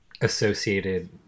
associated